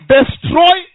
Destroy